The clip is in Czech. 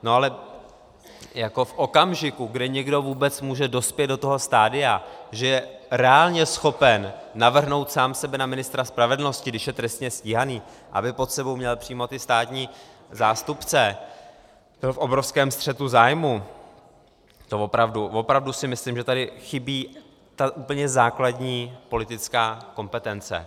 No ale jako v okamžiku, kdy někdo vůbec může dospět do toho stadia, že je reálně schopen navrhnout sám sebe na ministra spravedlnosti, když je trestně stíhaný, aby pod sebou měl přímo ty státní zástupce, byl v obrovském střetu zájmů, to si opravdu myslím, že tady chybí ta úplně základní politická kompetence.